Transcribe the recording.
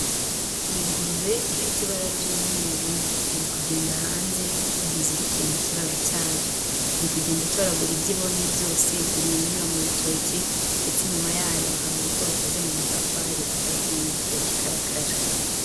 Ni ingurube ifite ibara ry'umweru, iri kugenda hanze kuko ntizirikiye mu kiraro cyayo. iri kugenda itoragura ibyo ibonye byose, iri kugenda inyura mu rutoki ndetse inyuma yayo hari urugo rukoze mu matafari adahiye ya gikarakara.